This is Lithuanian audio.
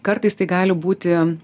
kartais tai gali būti